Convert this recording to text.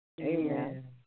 Amen